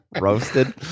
roasted